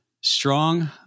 strong